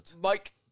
Mike